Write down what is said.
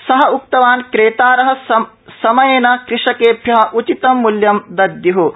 स उक्तवान् क्रेतार समयेन कृषकेभ्य उचितं मूल्यं ददय्